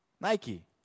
Nike